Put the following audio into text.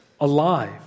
alive